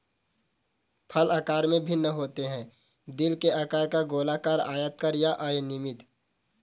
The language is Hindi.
फल आकार में भिन्न होते हैं, दिल के आकार का, गोलाकार, आयताकार या अनियमित